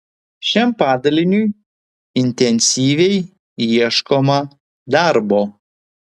šiam padaliniui intensyviai ieškoma darbo